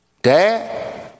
dad